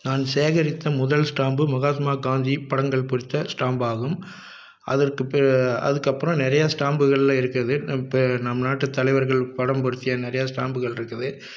நான் சேகரித்த முதல் ஸ்டாம்பு மஹாத்மா காந்தி படங்கள் பொறித்த ஸ்டாம்ப் ஆகும் அதற்கு பிற அதுக்கப்புறம் நிறைய ஸ்டாம்புகள்லாம் இருக்குது நம் பெயரை நம் நாட்டு தலைவர்கள் படம் பொறித்த நிறையா ஸ்டாம்புகள் இருக்குது